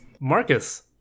Marcus